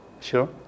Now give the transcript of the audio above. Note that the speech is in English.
Sure